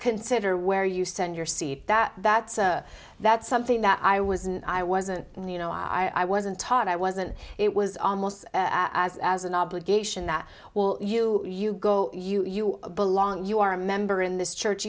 consider where you send your seed that that that's something that i was and i wasn't you know i wasn't taught i wasn't it was almost as as an obligation that will you you go you you belong you are a member in this church